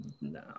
no